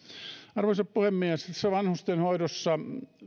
arvoisa puhemies tässä vanhustenhoidossa